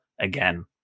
again